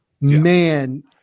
Man